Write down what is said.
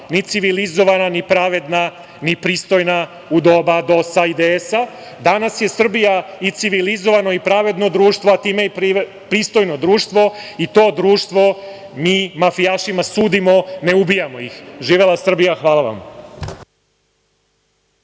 ni civilizovana, ni pravedna, ni pristojna u doba DOS-a i DS-a, danas je Srbija i civilizovano i pravedno društvo, a time je i pristojno društvo i to društvo mafijašima sudi, a ne ubija ih. Živela Srbija. Hvala vam.